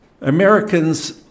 Americans